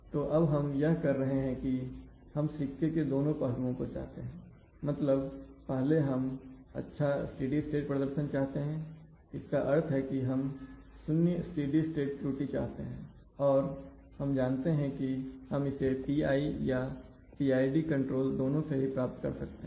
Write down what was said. तो अब हम यह कर रहे हैं कि हम सिक्के के दोनों पहलुओं को चाहते हैं मतलब पहले हम अच्छा स्टेडी स्टेट प्रदर्शन चाहते हैंइसका अर्थ है कि हम 0 स्टेडी स्टेट त्रुटि चाहते हैं और हम जानते हैं कि हम इसे PI या PID कंट्रोल दोनों से प्राप्त कर सकते हैं